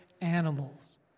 animals